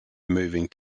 moving